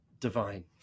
Divine